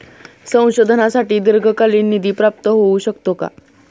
संशोधनासाठी दीर्घकालीन निधी प्राप्त होऊ शकतो का?